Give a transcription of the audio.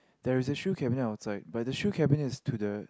there is a shoe cabinet outside by the shoe cabinet is to the